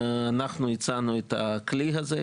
אנחנו הצענו את הכלי הזה.